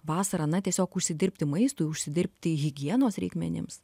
vasarą na tiesiog užsidirbti maistui užsidirbti higienos reikmenims